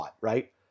right